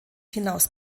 hinaus